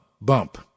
bump